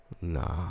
Nah